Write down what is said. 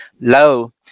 low